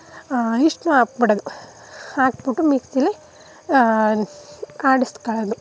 ಹಾಂ ಇಷ್ಟನ್ನ ಹಾಕ್ಬಿಡೋದು ಹಾಕ್ಬಿಟ್ಟು ಮಿಕ್ಸಿಲೀ ಆಡಿಸ್ಕೊಳ್ಳೋದು